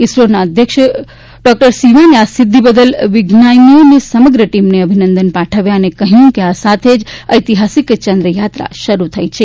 ઇસરોના અધ્યક્ષ ડોકટર સિવાને આ સિદ્ધિ બદલ વિજ્ઞાનીઓની સમગ્ર ટીમને અભિનંદન પાઠવ્યા અને કહ્યું કે આ સાથે જ ઐતિહાસિક ચંદ્રયાત્રા શરૂ થઇ છે